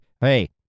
hey